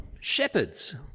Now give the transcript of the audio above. Shepherds